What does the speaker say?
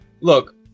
look